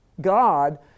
God